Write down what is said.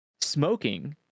smoking